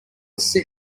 sit